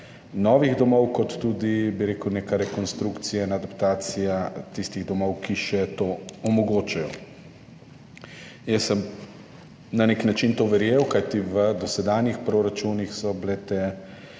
novih domov kot tudi, bi rekel, neka rekonstrukcija in adaptacija tistih domov, ki to še omogočajo. Na nek način sem to verjel, kajti v dosedanjih proračunih so bile te